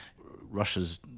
russia's